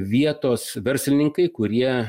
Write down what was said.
vietos verslininkai kurie